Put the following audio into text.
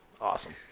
Awesome